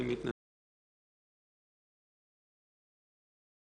אני מתכבד לפתוח את ישיבת